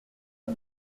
que